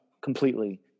completely